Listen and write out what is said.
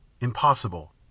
Impossible